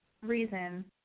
reason